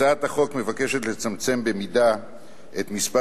הצעת החוק מבקשת לצמצם במידה את מספר